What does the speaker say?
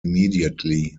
immediately